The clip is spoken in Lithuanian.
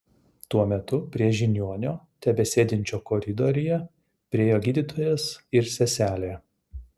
tuo metu prie žiniuonio tebesėdinčio koridoriuje priėjo gydytojas ir seselė